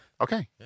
Okay